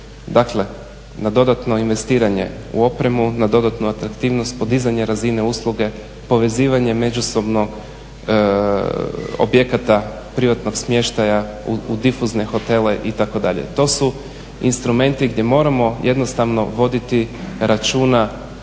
dakle na dodatno investiranje u opremu, na dodatnu atraktivnost, podizanje razine usluge, povezivanje međusobno objekata privatnog smještaja u difuzne hotele itd. To su instrumenti gdje moramo jednostavno voditi računa